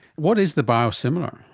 what is the biosimilar?